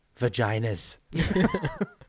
Vaginas